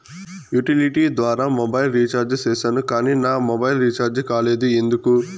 Utility ద్వారా mobile recharge సేసాను కానీ నా మొబైల్ రీచార్జి కాలేదు ఎందుకు?